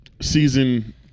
Season